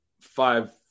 five